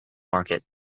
market